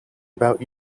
about